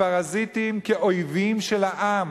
כפרזיטים, כאויבים של העם,